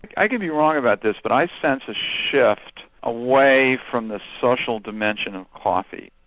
i could be wrong about this, but i sense a shift away from the social dimension of coffee,